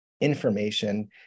information